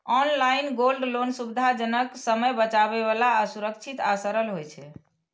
online gold loan सुविधाजनक, समय बचाबै बला आ सुरक्षित आ सरल होइ छै